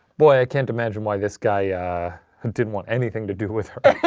boy, i can't imagine why this guy didn't want anything to do with her.